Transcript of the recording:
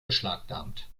beschlagnahmt